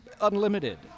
Unlimited